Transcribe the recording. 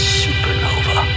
supernova